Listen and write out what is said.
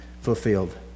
fulfilled